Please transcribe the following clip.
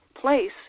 place